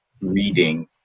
reading